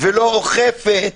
ולא אוכפת,